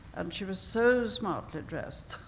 and she was so smartly dressed,